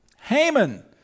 Haman